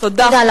תודה.